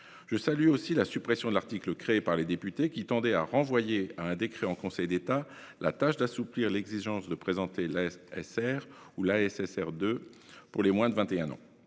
Je salue aussi la suppression de l'article introduit par les députés qui tendait à renvoyer à un décret en Conseil d'État la tâche d'assouplir l'exigence de présenter l'ASR ou l'ASSR 2 pour les moins de 21 ans.